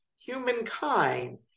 humankind